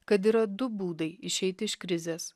kad yra du būdai išeiti iš krizės